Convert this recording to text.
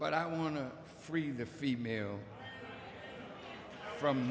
but i want to free the female from